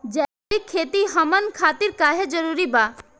जैविक खेती हमन खातिर काहे जरूरी बा?